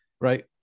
right